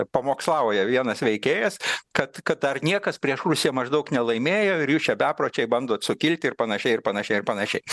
pamokslauja vienas veikėjas kad kad dar niekas prieš rusiją maždaug nelaimėjo ir jūs čia bepročiai bandot sukilti ir panašiai ir panašiai ir panašiai